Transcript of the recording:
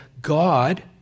God